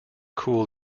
cool